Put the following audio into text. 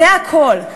זה הכול,